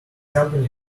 company